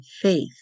faith